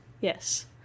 Yes